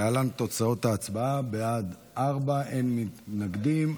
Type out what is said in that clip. להלן תוצאות ההצבעה: בעד, ארבעה, אין מתנגדים.